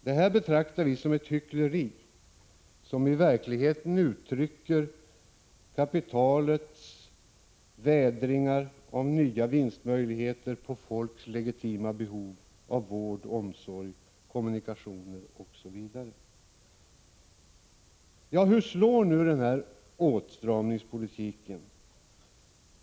Detta tal betraktar vi som hyckleri, och det är i verkligheten ett uttryck för att kapitalets företrädare vädrar möjligheter till nya vinster på folkets legitima behov av vård, omsorg, kommunikationer, osv. Hur slår nu denna åtstramningspolitik?